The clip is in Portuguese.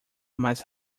mais